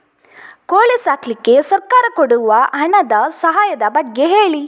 ಕೋಳಿ ಸಾಕ್ಲಿಕ್ಕೆ ಸರ್ಕಾರ ಕೊಡುವ ಹಣದ ಸಹಾಯದ ಬಗ್ಗೆ ಹೇಳಿ